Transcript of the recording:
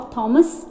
Thomas